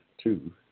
Two